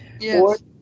Yes